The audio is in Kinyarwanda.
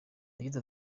yagize